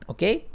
Okay